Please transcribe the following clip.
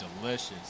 delicious